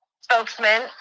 spokesman